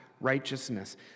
righteousness